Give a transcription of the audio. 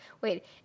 Wait